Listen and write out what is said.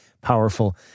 powerful